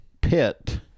Pit